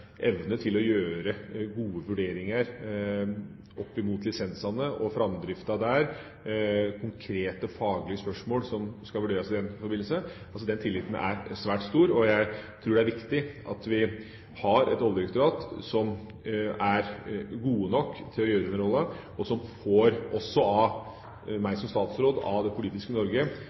evne til å gjøre gode vurderinger opp mot lisensene og framdrifta der samt konkrete, faglige spørsmål som skal vurderes i den forbindelse – svært stor. Jeg tror det er viktig at vi har et oljedirektorat som er gode nok til å utføre den rollen, og som også av meg som statsråd, og av det politiske Norge,